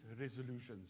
resolutions